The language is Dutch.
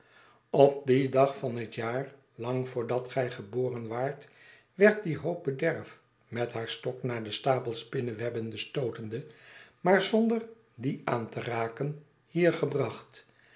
op dien dag van het jaar lang voordat gij geboren waart werd die hoop bederf met haar stok naar den stapel spinnewebben stootende maar zonder dien aan te raken hier gebracht